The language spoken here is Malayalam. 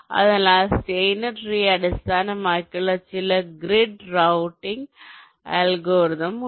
അതിനാൽ സ്റ്റൈനർ ട്രീയെ അടിസ്ഥാനമാക്കിയുള്ള ചില ഗ്രിഡ് റൂട്ടിംഗ് അൽഗോരിതങ്ങൾ ഉണ്ട്